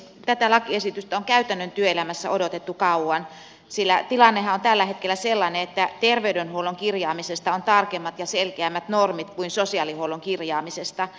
tätä lakiesitystä on käytännön työelämässä odotettu kauan sillä tilannehan on tällä hetkellä sellainen että terveydenhuollon kirjaamisesta on tarkemmat ja selkeämmät normit kuin sosiaalihuollon kirjaamisesta